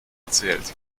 erzählt